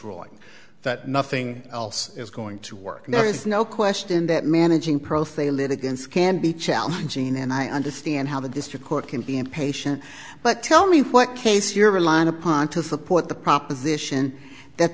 ruling that nothing else is going to work now there's no question that managing profane litigants can be challenging and i understand how the district court can be impatient but tell me what case you're relying upon to support the proposition that